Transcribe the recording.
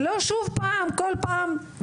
ולא שוב בכל פעם,